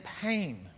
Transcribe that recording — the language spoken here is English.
pain